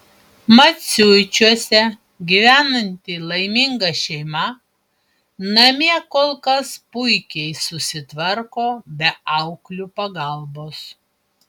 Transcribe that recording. maciuičiuose gyvenanti laiminga šeima namie kol kas puikiai susitvarko be auklių pagalbos